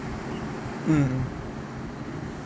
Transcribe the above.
mm mm